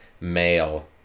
male